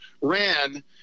ran